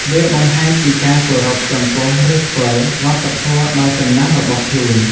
វាបង្ហាញពីការគោរពចំពោះឫសគល់វប្បធម៌ដ៏ចំណាស់របស់ខ្លួន។